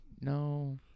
No